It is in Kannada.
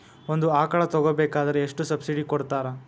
ಒಂದು ಆಕಳ ತಗೋಬೇಕಾದ್ರೆ ಎಷ್ಟು ಸಬ್ಸಿಡಿ ಕೊಡ್ತಾರ್?